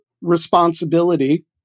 responsibility